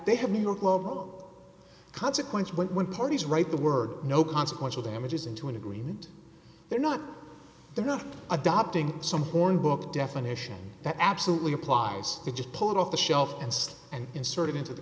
they have new york global consequence when parties write the word no consequential damages into an agreement they're not they're not adopting some hornbook definition that absolutely applies to just pull it off the shelf and say and insert it into the